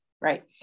right